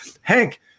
Hank